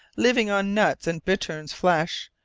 living on nuts and bitterns' flesh,